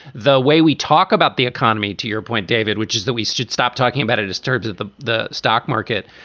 the way we talk about the economy. to your point, david, which is that we should stop talking about it disturbs it. the the stock market.